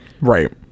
Right